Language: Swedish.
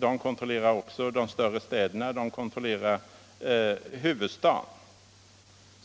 De kontrollerar också de större städerna, däribland huvudstaden